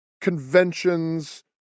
conventions